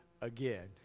again